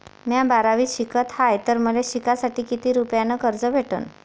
म्या बारावीत शिकत हाय तर मले शिकासाठी किती रुपयान कर्ज भेटन?